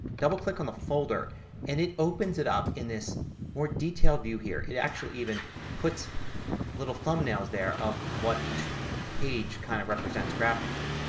double click on the folder and it opens it up in this more detailed view here. it actually even puts little thumbnails there of what each page kind of represents graphically.